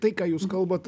tai ką jūs kalbat